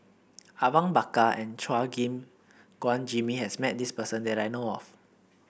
Awang Bakar and Chua Gim Guan Jimmy has met this person that I know of